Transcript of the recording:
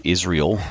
Israel